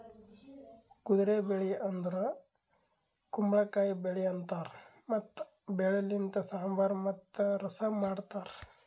ಕುದುರೆ ಬೆಳಿ ಅಂದುರ್ ಕುಂಬಳಕಾಯಿ ಬೆಳಿ ಅಂತಾರ್ ಮತ್ತ ಬೆಳಿ ಲಿಂತ್ ಸಾಂಬಾರ್ ಮತ್ತ ರಸಂ ಮಾಡ್ತಾರ್